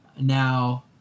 now